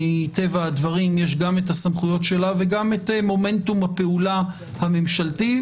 מטבע הדברים יש גם הסמכויות שלה וגם מומנטום הפעולה הממשלתי,